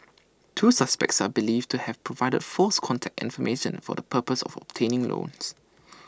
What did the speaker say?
two suspects are believed to have provided false contact information for the purpose of obtaining loans